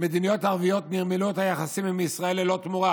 מדינות ערביות נרמלו את היחסים עם ישראל ללא תמורה,